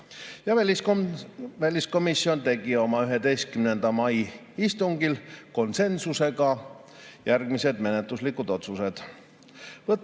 Väliskomisjon tegi oma 11. mai istungil konsensusega järgmised menetluslikud otsused.